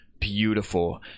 beautiful